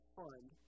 fund